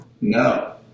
No